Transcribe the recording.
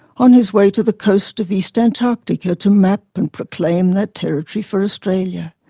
on his way to the coast of east antarctica to map and proclaim that territory for australia.